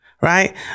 right